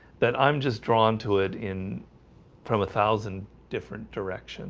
that i'm just drawn to it in from a thousand different directions